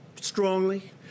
strongly